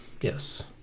yes